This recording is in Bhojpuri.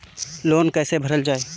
लोन कैसे भरल जाइ?